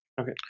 Okay